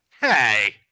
hey